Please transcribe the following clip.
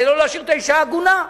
כדי לא להשאיר את האשה עגונה.